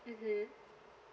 mmhmm